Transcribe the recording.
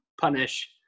punish